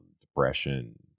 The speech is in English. depression